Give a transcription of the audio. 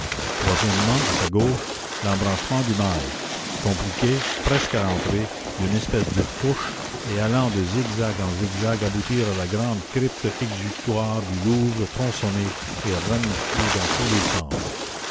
troisièmement à sa gauche l'embranchement du mail compliqué presque à l'entrée d'une espèce de fourche et allant de zigzag en zigzag aboutir à la grande crypte exutoire du louvre tronçonnée et ramifiée dans tous les sens